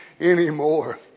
anymore